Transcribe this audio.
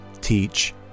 teach